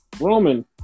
Roman